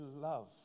love